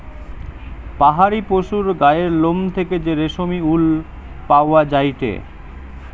পাহাড়ি পশুর গায়ের লোম থেকে যে রেশমি উল পাওয়া যায়টে